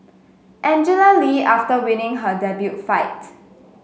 Angela Lee after winning her debut fight